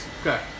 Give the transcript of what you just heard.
okay